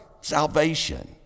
salvation